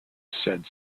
said